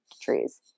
trees